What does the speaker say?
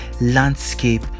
landscape